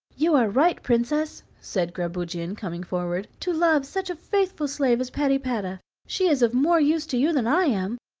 you are right, princess, said grabugeon, coming forward, to love such a faithful slave as patypata she is of more use to you than i am,